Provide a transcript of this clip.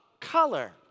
color